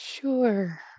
Sure